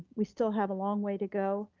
we still have a long way to go,